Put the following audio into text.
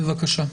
בבקשה.